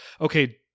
okay